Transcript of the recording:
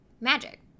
magic